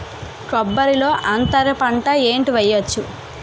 కొబ్బరి లో అంతరపంట ఏంటి వెయ్యొచ్చు?